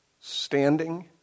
standing